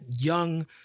young